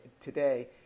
today